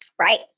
Right